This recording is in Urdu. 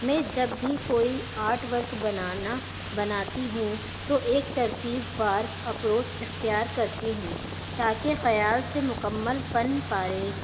میں جب بھی کوئی آرٹ ورک بنانا بناتی ہوں تو ایک ترتیب وار اپروچ اختیار کرتی ہوں تاکہ خیال سے مکمل فن پارے